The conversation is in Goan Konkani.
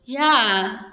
ह्या